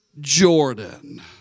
Jordan